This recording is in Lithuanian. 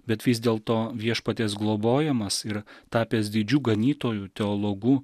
bet vis dėlto viešpaties globojamas ir tapęs didžiu ganytoju teologu